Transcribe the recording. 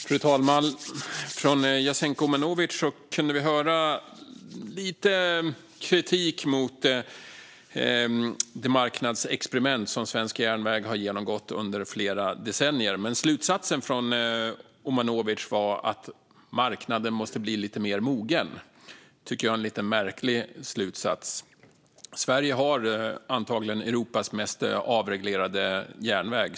Fru talman! Från Jasenko Omanovic kunde vi höra lite kritik mot det marknadsexperiment som svensk järnväg har genomgått under flera decennier. Men slutsatsen från Omanovic var ändå att marknaden måste bli lite mer mogen. Det tycker jag är en lite märklig slutsats. Sverige har antagligen Europas mest avreglerade järnväg.